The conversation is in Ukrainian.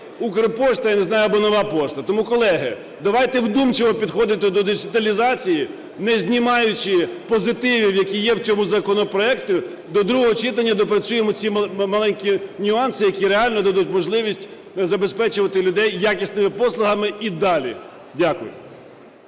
"Укрпошта", я не знаю, або "Нова пошта". Тому, колеги, давайте вдумчиво підходити до діджиталізації. Не знімаючи позитивів, які є в цьому законопроекті, до другого читання допрацюємо ці маленькі нюанси, які реально дадуть можливість забезпечувати людей якісними послугами і далі. Дякую.